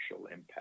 impact